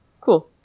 Cool